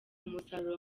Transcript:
umusaruro